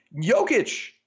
Jokic